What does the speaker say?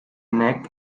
neck